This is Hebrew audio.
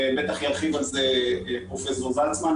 בטח ירחיב על זה פרופ' זלצמן,